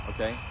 Okay